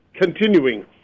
continuing